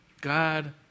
God